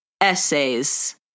essays